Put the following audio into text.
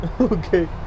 Okay